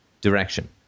direction